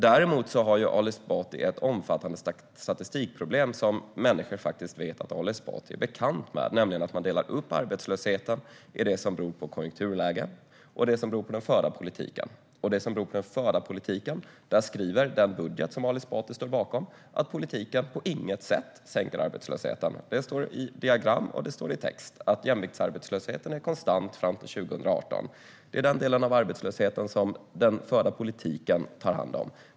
Däremot finns det ett omfattande statistikproblem som människor faktiskt vet att Ali Esbati är bekant med, nämligen att man delar upp arbetslösheten i det som beror på konjunkturläge och det som beror på den förda politiken. När det gäller det som beror på den förda politiken skriver man i den budget som Ali Esbati står bakom att politiken på inget sätt sänker arbetslösheten. Det står i diagram och i text att jämviktsarbetslösheten är konstant fram till 2018. Det är den delen av arbetslösheten som den förda politiken tar hand om.